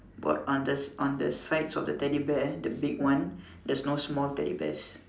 both on the on the sides of the teddy bear the big one there's no small teddy bears